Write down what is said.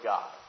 God